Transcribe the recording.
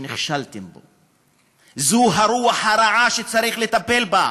שנכשלתם בו, זו הרוח הרעה שצריך לטפל בה.